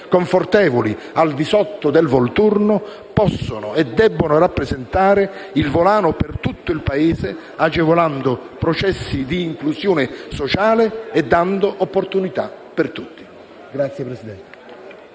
confortevoli al di sotto del Volturno possono e debbono rappresentare il volano per tutto il Paese, agevolando processi di inclusione sociale e dando opportunità a tutti.